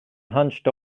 hunched